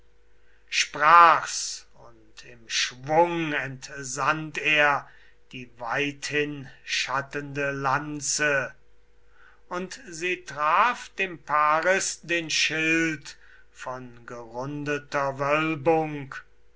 sprach's und im schwung entsandt er die weithinschattende lanze und sie traf dem paris den schild von gerundeter wölbung